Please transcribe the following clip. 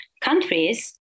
countries